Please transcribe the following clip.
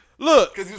Look